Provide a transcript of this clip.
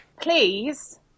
Please